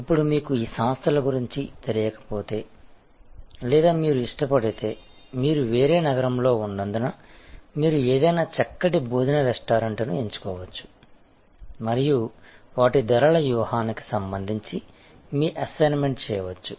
ఇప్పుడు మీకు ఈ సంస్థల గురించి తెలియకపోతే లేదా మీరు ఇష్టపడితే మీరు వేరే నగరంలో ఉన్నందున మీరు ఏదైనా చక్కటి భోజన రెస్టారెంట్ను ఎంచుకోవచ్చు మరియు వాటి ధరల వ్యూహానికి సంబంధించి మీ అసైన్మెంట్ చేయవచ్చు